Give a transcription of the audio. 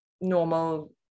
normal